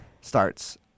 starts